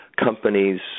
companies